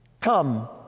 Come